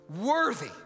worthy